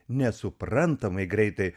nesuprantamai greitai